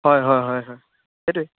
হয় হয় হয় হয়